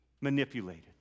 manipulated